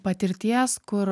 patirties kur